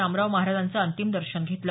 रामराव महाराजांचं अंतिम दर्शन घेतलं